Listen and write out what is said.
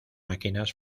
máquinas